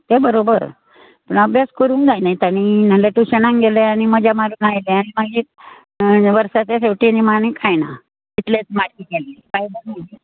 तें बरोबर आनी अभ्यास करूंक जाय न्हय तांणी नाजाल्यार टुशनांग गेले आनी मजा मारून आयले आनी मागीर वर्साचे शेवटी निमाणें कांय ना कितलेंच मागी केलें फायदो ना